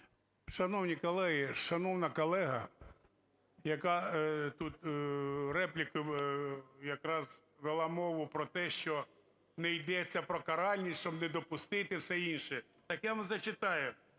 Шановні колеги, шановна колега, яка тут репліку… якраз вела мову про те, що не йдеться про каральні, щоб не допустити і все інше. Так я вам зачитаю: